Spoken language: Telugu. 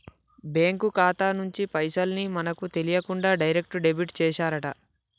బ్యేంకు ఖాతా నుంచి పైసల్ ని మనకు తెలియకుండా డైరెక్ట్ డెబిట్ చేశారట